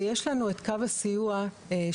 ויש לנו את קו הסיוע שנפתח,